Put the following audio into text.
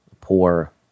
poor